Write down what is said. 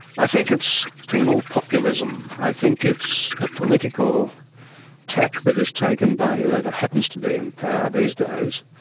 i think it's penal populism. i think it's a political tack that is taken by whoever happens to be in power these days,